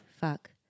Fuck